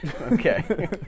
okay